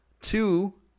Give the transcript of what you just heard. two